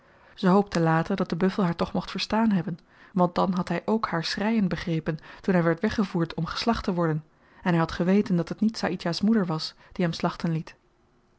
ze hoopte later dat de buffel haar toch mocht verstaan hebben want dan had hy ook haar schreien begrepen toen hy werd weggevoerd om geslacht te worden en hy had geweten dat het niet saïdjah's moeder was die hem slachten liet